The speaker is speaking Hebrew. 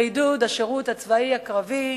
לעידוד השירות הצבאי הקרבי,